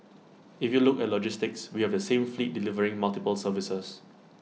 if you look at logistics we have the same fleet delivering multiple services